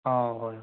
ꯑꯧ ꯍꯣꯏ ꯍꯣꯏ